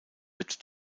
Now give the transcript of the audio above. wird